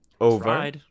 over